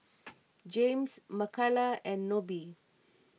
James Makala and Nobie